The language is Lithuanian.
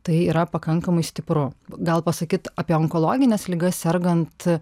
tai yra pakankamai stipru gal pasakyt apie onkologines ligas sergant